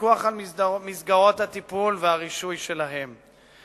והפיקוח על מסגרות הטיפול והרישוי שלהן.